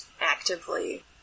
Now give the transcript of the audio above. actively